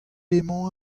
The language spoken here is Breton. emañ